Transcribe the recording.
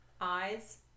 eyes